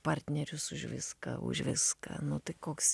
partnerius už viską už viską nu tai koks